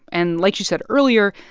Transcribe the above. and like she said earlier,